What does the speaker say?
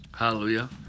hallelujah